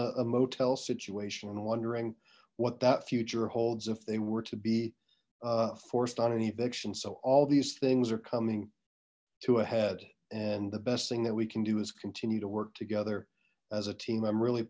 a motel situation and wondering what that future holds if they were to be forced on an eviction so all these things are coming to a head and the best thing that we can do is continue to work together as a team i'm really